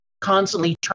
constantly